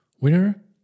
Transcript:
Winner